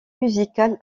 musicale